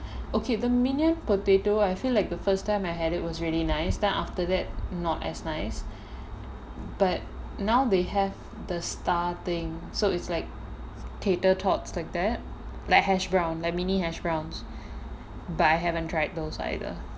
okay the minion potato I feel like the first time I had it was really nice then after that not really nice but now they have the star thing so it's like cater thoughts like that like hash brown like mini hash browns but I haven't tried those either